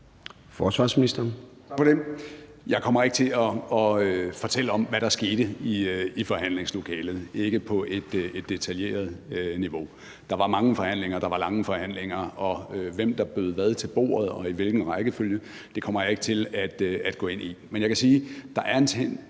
for det. Jeg kommer ikke til at fortælle om, hvad der skete i forhandlingslokalet – ikke på et detaljeret niveau. Der var mange forhandlinger, der var lange forhandlinger, og hvem der bragte hvad til bordet og i hvilken rækkefølge, kommer jeg ikke til at gå ind i. Men jeg kan sige, at der er en helt